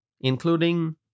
including